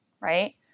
right